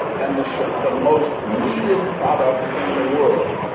and the the most needed product in the world,